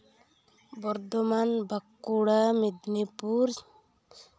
Bardhaman Bankura Medinipur